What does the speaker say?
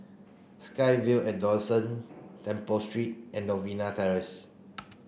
SkyVille at Dawson Temple Street and Novena Terrace